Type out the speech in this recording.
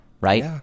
right